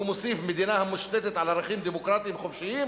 והוא מוסיף: "מדינה המושתתת על ערכים דמוקרטיים חופשיים